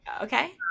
Okay